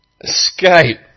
Escape